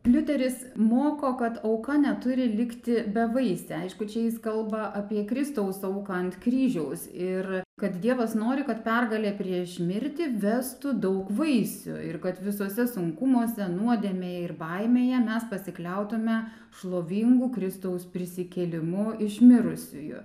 liuteris moko kad auka neturi likti bevaisė aišku čia jis kalba apie kristaus auką ant kryžiaus ir kad dievas nori kad pergalė prieš mirtį vestų daug vaisių ir kad visuose sunkumuose nuodėmėje ir baimėje mes pasikliautume šlovingu kristaus prisikėlimu iš mirusiųjų